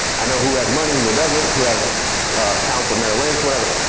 i know who has money, who doesn't, who has accounts at merrill lynch, whatever.